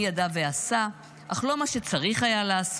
מי ידע ועשה, אך לא מה שצריך היה לעשות?